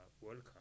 welcome